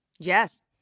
Yes